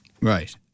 Right